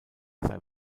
sei